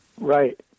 Right